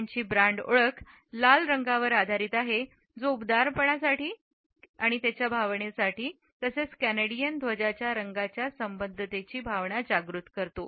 त्याची ब्रांड ओळख लाल रंगावरआधारित आहे जो उबदारपणाची भावना तसेच कॅनेडियन ध्वजच्या रंगांच्या संबद्धतेची भावना जागृत करतो